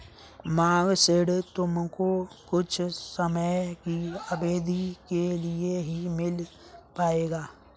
मांग ऋण तुमको कुछ समय की अवधी के लिए ही मिल पाएगा